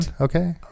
Okay